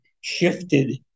shifted